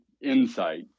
insight